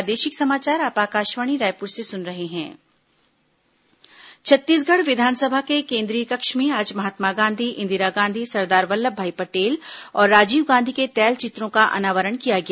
तैलचित्र अनावरण छत्तीसगढ़ विधानसभा के केंद्रीय कक्ष में आज महात्मा गांधी इंदिरा गांधी सरदार वल्लभभाई पटेल और राजीव गांधी के तैलचित्रों का अनावरण किया गया